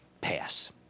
pass